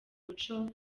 muco